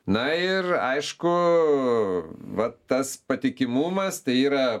na ir aišku va tas patikimumas tai yra